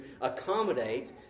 accommodate